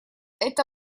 это